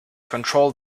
control